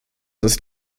ist